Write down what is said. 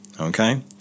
okay